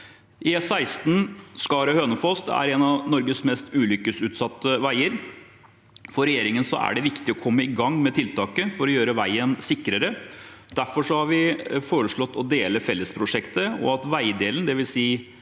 E16 Skaret–Hønefoss er en av Norges mest ulykkesutsatte veier. For regjeringen er det viktig å komme i gang med tiltak for å gjøre veien sikrere. Derfor har vi foreslått å dele fellesprosjektet, og at veidelen – dvs.